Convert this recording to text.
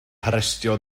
harestio